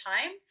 time